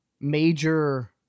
major